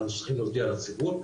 אנחנו צריכים להודיע לציבור,